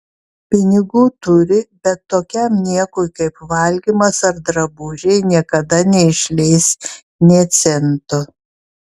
pinigų turi bet tokiam niekui kaip valgymas ar drabužiai niekada neišleis nė cento